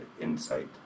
Insight